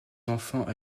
enfants